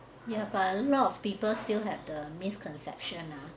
ya but a lot of people still have the misconception lah